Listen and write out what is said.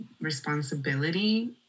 responsibility